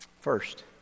first